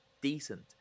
decent